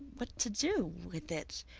what to do. with it,